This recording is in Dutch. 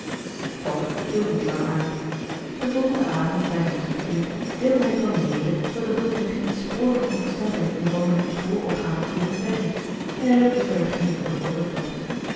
fokke hield niet lang aan den volgenden avond bij zijn terugkeer deelde hij tonie mede dat de dokter geen spoor van ongesteldheid in wandelheem's gehoororgaan had kunnen ontdekken en repte verder geen woord over den tocht